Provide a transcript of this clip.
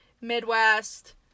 Midwest